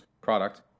product